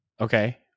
Okay